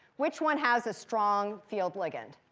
which one has a strong field ligand?